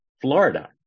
Florida